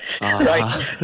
right